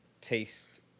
taste